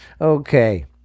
Okay